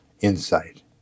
insight